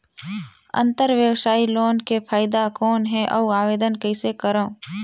अंतरव्यवसायी लोन के फाइदा कौन हे? अउ आवेदन कइसे करव?